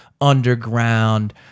underground